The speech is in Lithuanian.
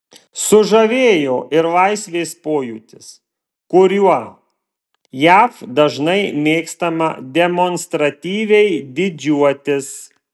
sužavėjo ir laisvės pojūtis kuriuo jav dažnai mėgstama demonstratyviai didžiuotis